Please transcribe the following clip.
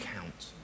count